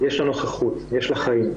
יש לה נוכחות ויש לה חיים.